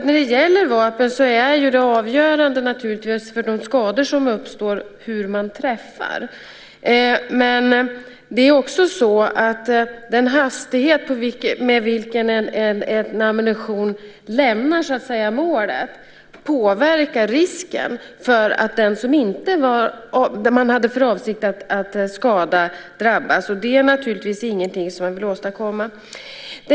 När det gäller vapen är ju det avgörande för de skador som uppstår naturligtvis hur man träffar, men det är också så att den hastighet med vilken ammunitionen lämnar målet påverkar risken för att någon som man inte hade för avsikt att skada drabbas. Det är naturligtvis ingenting som man vill åstadkomma.